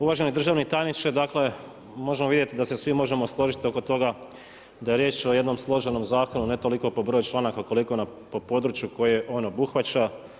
Uvaženi državni tajniče, dakle možemo vidjeti da se svi možemo složiti oko toga da je riječ o jednom složenom zakonu, ne toliko po broju članaka koliko po području koje on obuhvaća.